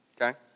Okay